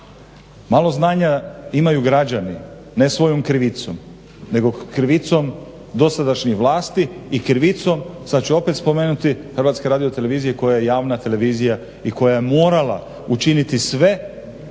malo znanja imaju građani ne svojom krivicom nego krivicom dosadašnje vlasti i krivicom sad ću opet spomenuti HRT-a koja je javna televizija i koja je morala učiniti sve prvo